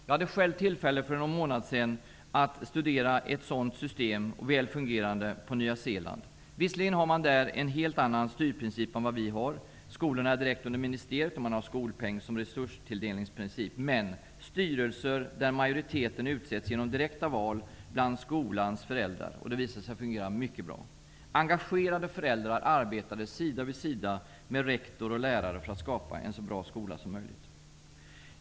Jag hade för en månad sedan själv tillfälle att studera hur ett sådant system fungerar i Nya Zeeland. Visserligen har man där ett helt annat styrsystem. Skolorna lyder direkt under ministeriet. Man har skolpeng som resurstilldelningsprincip, men man har styrelser där majoriteten utses genom direkta val bland skolans föräldrar. Det visar sig fungera mycket bra. Engagerade föräldrar arbetar sida vid sida med rektor och lärare för att skapa en så bra skola som möjligt.